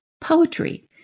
poetry